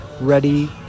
ready